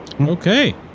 Okay